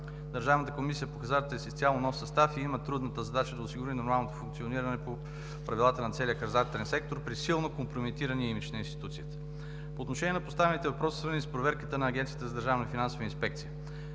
Държавната комисия по хазарта е с изцяло нов състав и има трудната задача да осигури нормалното функциониране по правилата на целия хазартен сектор при силно компрометирания имидж на институцията. По отношение поставените въпроси, свързани с проверката на Агенцията за държавна финансова инспекция,